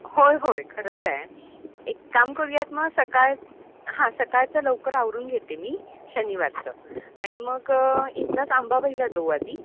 होय होय खरंच आहे एक काम करूयात मग सकाळ हां सकाळचं लवकर आवरून घेते मी शनिवारचं आणि मग इथनंच अंबाबईला जाऊ आधी